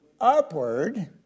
Upward